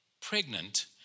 pregnant